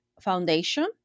Foundation